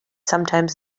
sometimes